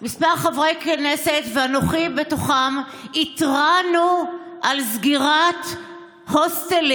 כמה חברי כנסת ואנוכי בתוכם התרענו על סגירת הוסטלים.